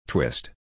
Twist